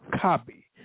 copy